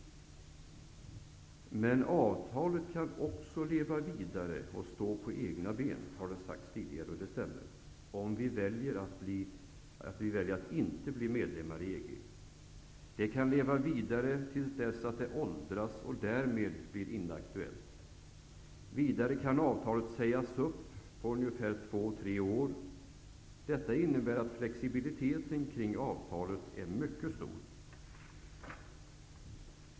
Men det har sagts mig att avtalet också kan leva vidare och stå på egna ben om i väljer att inte bli medlemmar i EG. Det kan leva vidare tills dess att det åldras och därmed blir inaktuellt. Vidare kan avtalet sägas upp på två tre år. Det innebär att flexibiliteten kring avtalet är mycket stor.